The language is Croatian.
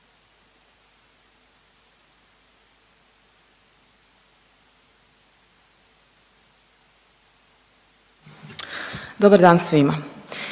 Dobar dan svima.